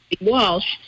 Walsh